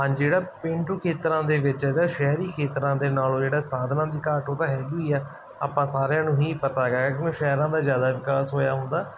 ਹਾਂਜੀ ਜਿਹੜਾ ਪੇਂਡੂ ਖੇਤਰਾਂ ਦੇ ਵਿੱਚ ਹੈਗਾ ਸ਼ਹਿਰੀ ਖੇਤਰਾਂ ਦੇ ਨਾਲੋਂ ਜਿਹੜਾ ਸਾਧਨਾ ਦੀ ਘਾਟ ਉਹ ਤਾਂ ਹੈਗੀ ਆ ਆਪਾਂ ਸਾਰਿਆਂ ਨੂੰ ਹੀ ਪਤਾ ਹੈਗਾ ਕਿਉਂਕਿ ਸ਼ਹਿਰਾਂ ਦਾ ਜ਼ਿਆਦਾ ਵਿਕਾਸ ਹੋਇਆ ਹੁੰਦਾ